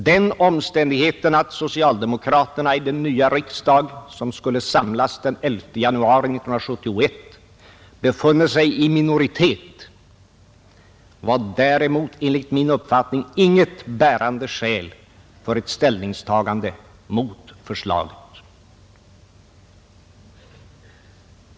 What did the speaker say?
Den omständigheten att socialdemokraterna i den nya riksdag som skulle samlas den 11 januari 1971 befunnet sig i minoritet var däremot enligt min uppfattning inget bärande skäl för ett ställningstagande mot förslaget.